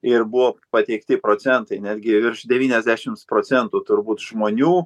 ir buvo pateikti procentai netgi virš devyniasdešims procentų turbūt žmonių